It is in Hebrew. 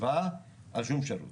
על שום שירות.